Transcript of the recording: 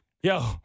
Yo